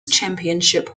championship